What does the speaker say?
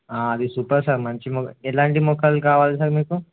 అది super sir మంచి మొక్క ఎలాంటి మొక్కలు కావాలి సార్ మీకు